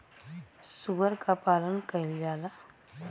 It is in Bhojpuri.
सूअर क पालन कइल जाला